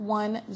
one